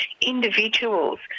individuals